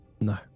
No